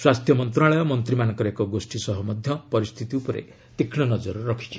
ସ୍ୱାସ୍ଥ୍ୟ ମନ୍ତ୍ରଣାଳୟ ମନ୍ତ୍ରୀମାନଙ୍କର ଏକ ଗୋଷ୍ଠୀ ସହ ମଧ୍ୟ ପରିସ୍ଥିତି ଉପରେ ତୀକ୍ଷ୍ମ ନଜର ରଖିଛି